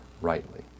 rightly